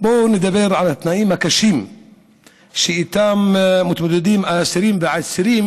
בואו נדבר על התנאים הקשים שאיתם מתמודדים האסירים והעצירים